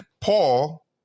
Paul